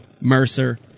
Mercer